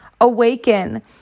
awaken